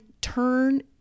turn